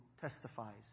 testifies